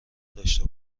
داشته